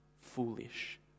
foolish